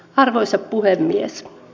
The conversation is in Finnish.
arvoisa puhemies